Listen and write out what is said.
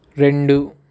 రెండు